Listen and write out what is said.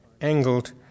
angled